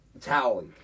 Tally